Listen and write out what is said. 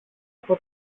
από